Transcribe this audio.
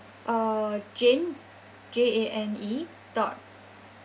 uh jane J A N E dot